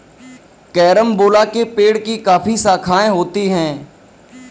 carambola के पेड़ की काफी शाखाएं होती है